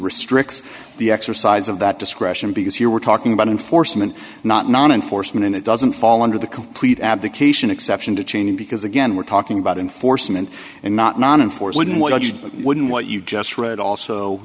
restricts the exercise of that discretion because here we're talking about enforcement not non enforcement and it doesn't fall under the complete abdication exception to cheney because again we're talking about enforcement and not non enforcement what i wouldn't what you just read also